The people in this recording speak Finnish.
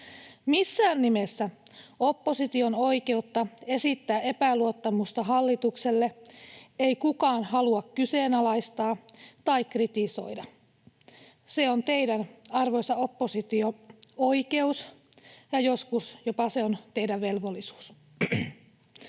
Missään nimessä opposition oikeutta esittää epäluottamusta hallitukselle ei kukaan halua kyseenalaistaa tai kritisoida. Se on teidän, arvoisa oppositio, oikeus, ja joskus jopa se on teidän velvollisuutenne.